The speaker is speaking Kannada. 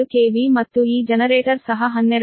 2 KV ಮತ್ತು ಈ ಜನರೇಟರ್ ಸಹ 12